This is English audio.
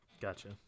Gotcha